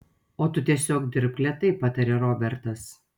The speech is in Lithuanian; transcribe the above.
o tu tiesiog dirbk lėtai patarė robertas